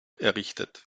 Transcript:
errichtet